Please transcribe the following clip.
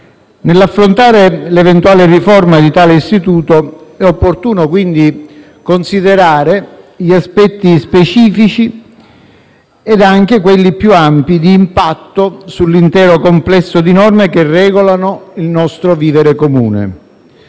Nell'affrontare l'eventuale riforma di tale istituto è quindi opportuno considerare gli aspetti specifici ed anche quelli più ampi di impatto sull'intero complesso di norme che regolano il nostro vivere comune.